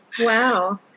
Wow